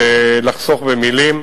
לחסוך במלים.